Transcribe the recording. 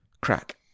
crack